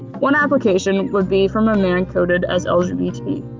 one application would be from a man coded as ah